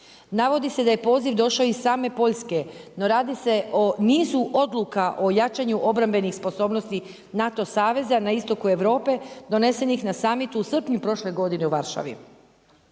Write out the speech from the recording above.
Navodi se da je poziv došao iz same Poljske, no radi se o nizu odluka o jačanju obrambenih sposobnosti NATO saveza na istoku Europe donesenih na summitu u srpnju prošle godine u Varšavi.